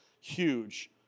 huge